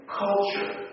culture